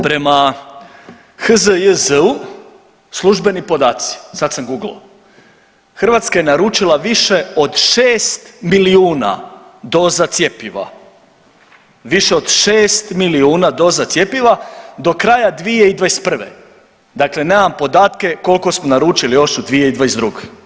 Prema HZJZ-u službeni podaci, sad sam guglao, Hrvatska je naručila više od 6 milijuna doza cjepiva, više od 6 milijuna doza cjepiva do kraja 2021., dakle nemam podatke koliko smo naručili još u 2022.